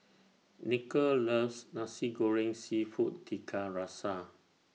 Nichol loves Nasi Goreng Seafood Tiga Rasa